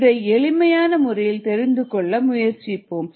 இதை எளிமையாக முறையில் தெரிந்து கொள்ள முயற்சிப்போம்